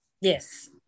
Yes